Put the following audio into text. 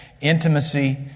intimacy